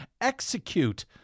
execute